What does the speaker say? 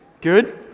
Good